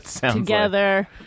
together